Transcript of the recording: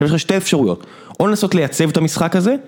יש לך שתי אפשרויות, או לנסות לייצב את המשחק הזה